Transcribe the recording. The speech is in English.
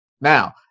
Now